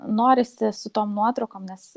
norisi su tom nuotraukom nes